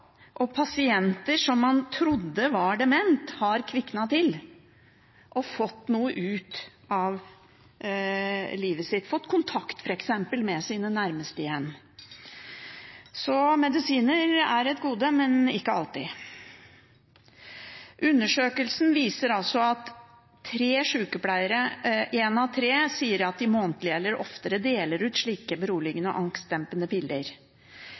Pasienter som man trodde var demente, har kviknet til og fått noe ut av livet sitt – fått kontakt med f.eks. sine nærmeste igjen. Så medisiner er et gode, men ikke alltid. Undersøkelsen viser altså at én av tre sykepleiere sier at de månedlig eller oftere deler ut beroligende og angstdempende piller.